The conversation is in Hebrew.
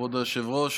כבוד היושב-ראש,